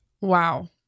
wow